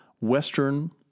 Western